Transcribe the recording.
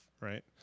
right